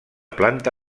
planta